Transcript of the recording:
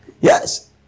yes